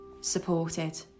supported